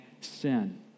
sin